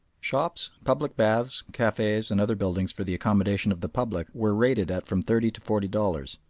shops, public baths, cafes, and other buildings for the accommodation of the public were rated at from thirty to forty dollars.